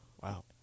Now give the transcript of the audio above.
Wow